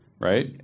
right